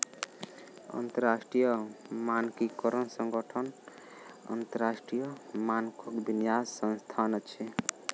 अंतरराष्ट्रीय मानकीकरण संगठन अन्तरराष्ट्रीय मानकक विन्यास संस्थान अछि